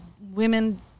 women